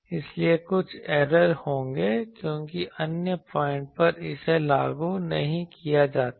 इसलिए कुछ ऐरर होंगे क्योंकि अन्य पॉइंट पर इसे लागू नहीं किया जाता है